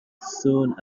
soon